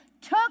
took